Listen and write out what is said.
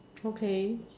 okay